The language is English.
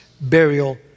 burial